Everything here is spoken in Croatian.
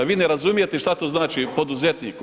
Vi ne razumijete što to znači poduzetniku.